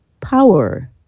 power